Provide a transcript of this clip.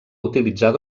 utilitzar